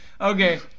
Okay